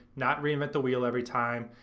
not reinvent the wheel every time,